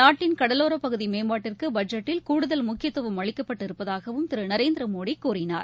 நாட்டின் கடலோரப் பகுதி மேம்பாட்டிற்கு பட்ஜெட்டில் கூடுதல் முக்கியத்துவம் அளிக்கப்பட்டு இருப்பதாகவும் திரு நரேந்திர மோடி கூறினார்